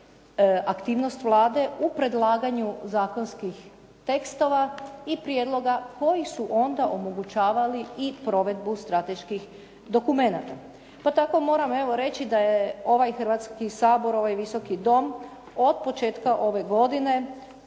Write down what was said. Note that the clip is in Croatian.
aktivnost Vlade u predlaganju zakonskih tekstova i prijedloga koji su onda omogućavali i provedbu strateških dokumenata. To tako moram evo reći da je ovaj Hrvatski sabor, ovaj Visoki dom od početka ove godine